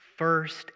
First